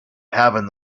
having